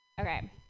Okay